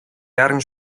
яаран